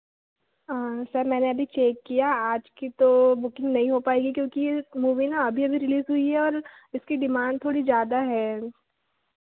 sir मैंने अभी check किया आज की तो बुकिंग नहीं हो पाएगी क्योंकि मूवी ना अभी अभी रिलीज़ हुई है और इसकी डिमांड थोड़ी ज़्यादा है